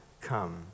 come